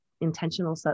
intentional